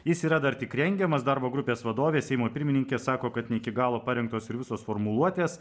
jis yra dar tik rengiamas darbo grupės vadovė seimo pirmininkė sako kad ne iki galo parengtos ir visos formuluotės